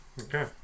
Okay